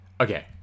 okay